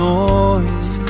noise